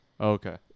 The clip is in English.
Okay